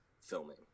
filming